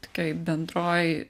tokioj bendroj